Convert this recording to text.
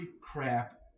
crap